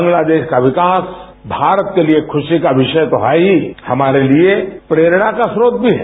बांग्लादेश का विकास भारत के लिए खुशी का विषय तो है ही हमारे लिए प्रेरणा का स्रोत भी है